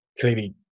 clearly